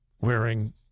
wearing